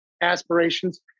aspirations